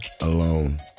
alone